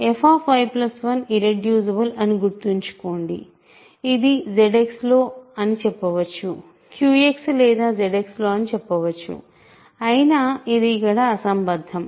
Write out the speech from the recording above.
fy1 irreducible అని గుర్తుంచుకోండి ఇది ZX లో అని చెప్పవచ్చు QX లేదా ZX లో అని చెప్పవచ్చు అయినా అది ఇక్కడ అసంబద్ధం